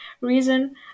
reason